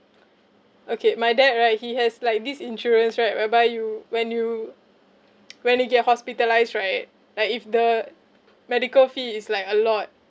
okay my dad right he has like this insurance right whereby you when you when you get hospitalised right like if the medical fee is like a lot